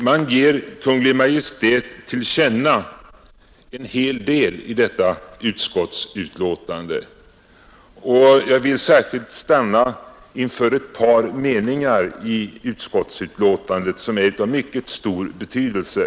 Man ger Kungl. Maj:t till känna en hel del i detta utskottsbetänkande, och jag vill särskilt stanna inför ett par meningar i betänkandet, som har mycket stor betydelse.